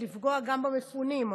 לפגוע גם במפונים,